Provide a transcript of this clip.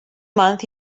month